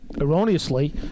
erroneously